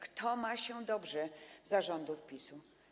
Kto ma się dobrze za rządów PiS-u?